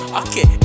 okay